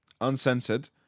uncensored